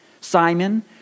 Simon